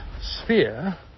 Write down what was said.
sphere